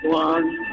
one